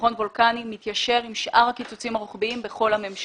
מכון וולקני מתיישר עם שאר הקיצוצים הרוחביים בכל הממשלה.